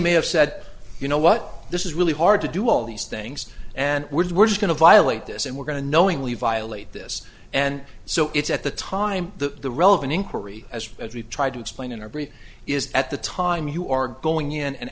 may have said you know what this is really hard to do all these things and we're going to violate this and we're going to knowingly violate this and so it's at the time the the relevant inquiry as as we've tried to explain in our brief is at the time you are going in